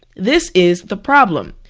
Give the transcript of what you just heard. this is the problem.